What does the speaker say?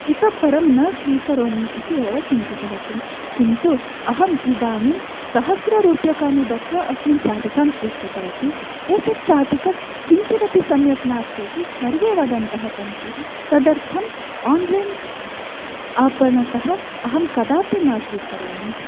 इतःपरं न स्वीकरोमि इति एव चिन्तितवती किन्तु अहम् इदानीं सहस्ररूप्यकाणि दत्त्वा अस्मिन् शाटिकां स्वीकृतवती एतत् शाटिका किञ्चिदपि सम्यक् नास्ति इति सर्वे वदन्तः सन्ति तदर्थम् आन्लैन् आपणतः अहं कदापि न स्वीकृरोमि